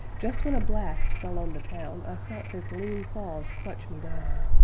just when a blast fell on the town, i felt his lean claws clutch me down.